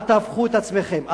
אל תהפכו את עצמכם,